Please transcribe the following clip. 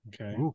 Okay